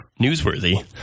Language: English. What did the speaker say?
newsworthy